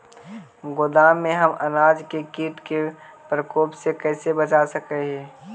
गोदाम में हम अनाज के किट के प्रकोप से कैसे बचा सक हिय?